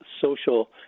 social